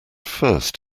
first